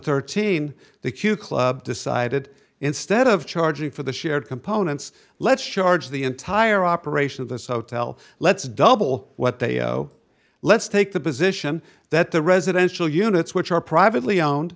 thirteen the q club decided instead of charging for the shared components let's sharjah the entire operation of this hotel let's double what they owe let's take the position that the residential units which are privately owned